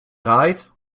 draait